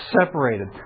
separated